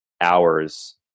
hours